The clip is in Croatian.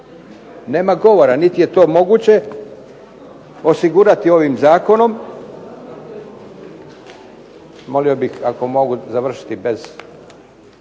nema govora niti je to moguće osigurati ovim zakonom. Molio bih ako mogu završiti.